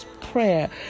prayer